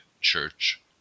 Church